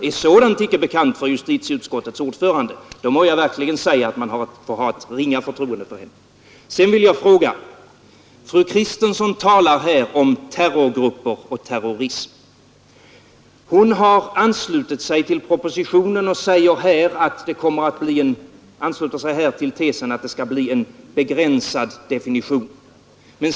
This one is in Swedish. Om sådant inte är bekant för justitieutskottets ordförande får man ett ringa förtroende för henne. Fru Kristensson talar här om terrorgrupper och terrorism. Hon har anslutit sig till tesen att det skall bli en begränsad definition.